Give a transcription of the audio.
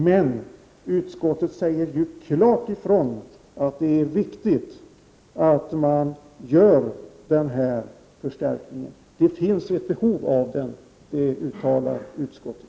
Men utskottet säger ju klart ifrån att det är viktigt att en förstärkning görs. Det finns ett behov av den, uttalar utskottet.